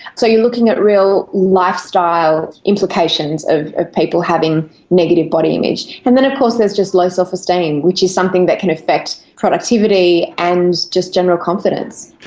so you're looking at real lifestyle implications of people having negative body image. and then of course there's just low self-esteem which is something that can affect productivity and just general confidence.